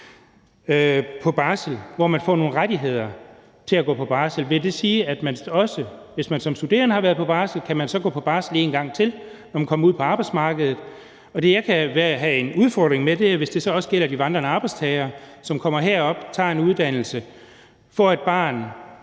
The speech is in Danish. på barselsområdet, hvor man får nogle rettigheder til at gå på barsel. Vil det sige, at man også, hvis man som studerende har været på barsel, så kan gå på barsel en gang til, når man kommer ud på arbejdsmarkedet? Der, hvor jeg kan se en udfordring, er, hvis det så også gælder de vandrende arbejdstagere, som kommer herop, tager en uddannelse, får et barn